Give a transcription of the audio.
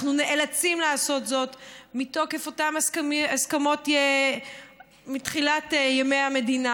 אנחנו נאלצים לעשות זאת מתוקף אותן הסכמות מתחילת ימי המדינה,